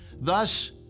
Thus